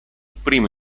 primo